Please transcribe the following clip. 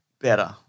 better